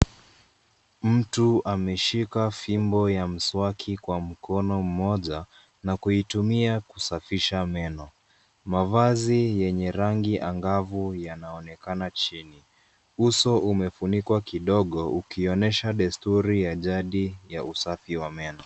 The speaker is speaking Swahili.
Mtu ameshika fimbo ya mswaki kwa mkono mmoja na kuitumia kusafisha meno. Mavazi yenye rangi angavu yanaonekana chini. Uso umefunikwa kidogo ukionyesha desturi ya jadi ya usafi wa meno.